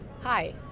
Hi